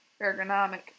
ergonomic